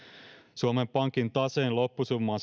suomen pankin taseen loppusumma on